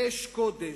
אש-קודש,